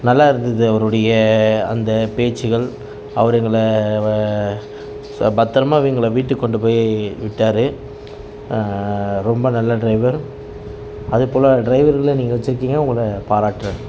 நல்லா இருந்தது அவருடைய அந்த பேச்சுகள் அவர் எங்களை வ பத்திரமா எங்களை வீட்டுக்கு கொண்டுபோய் விட்டார் ரொம்ப நல்ல டிரைவர் அதுபோல் டிரைவர்களை நீங்கள் வச்சிருக்கீங்க உங்களை பாராட்டுறேன்